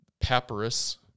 papyrus